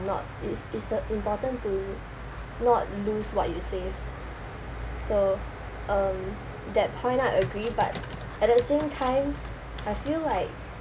not it's it's uh important to not lose what you save so um that point I agree but at the same time I feel like